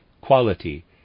Quality